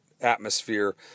atmosphere